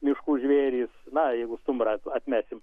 miškų žvėrys na jeigu stumbrą at atmesim